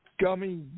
gummy